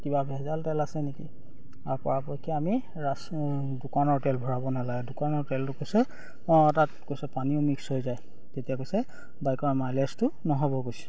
কিবা ভেজাল তেল আছে নেকি আৰু পৰাপক্ষে আমি দোকানৰ তেল ভৰাব নালাগে দোকানৰ তেলটো কৈছে অঁ তাত কৈছে পানীও মিক্স হৈ যায় তেতিয়া কৈছে বাইকৰ মাইলেজটো নহ'ব কৈছে